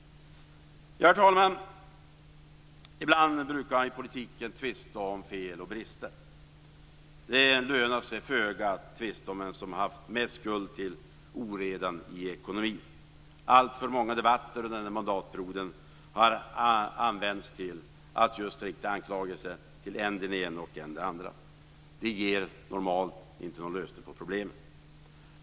Herr talman! Ibland brukar man i politiken tvista om fel och brister. Det lönar sig föga att tvista om vem som haft mest skuld till oredan i ekonomin. Alltför många debatter under den här mandatperioden har använts till att rikta anklagelser mot än den ena, än den andra. Det ger normalt inte någon lösning på problemet.